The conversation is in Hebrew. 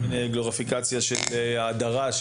כל מיני גרפיקציות של ההדרה,